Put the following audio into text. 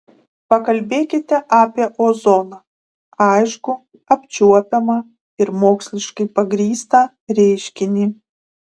pakalbėkite apie ozoną aiškų apčiuopiamą ir moksliškai pagrįstą reiškinį